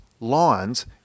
lawns